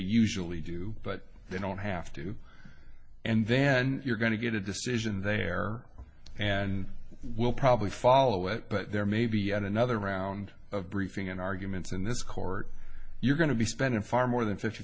usually do but they don't have to and then you're going to get a decision there and will probably follow it but there may be yet another round of briefing in arguments and this court you're going to be spending far more than fifty